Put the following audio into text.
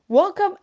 Welcome